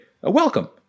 welcome